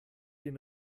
den